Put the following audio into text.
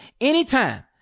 anytime